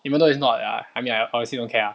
even though it's not ya I mean I honestly don't care lah